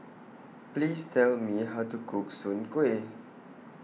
Please Tell Me How to Cook Soon Kuih